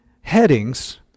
headings